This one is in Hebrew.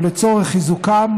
ולצורך חיזוקם,